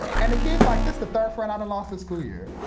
and the kid's like, this the third friend i done lost this school year.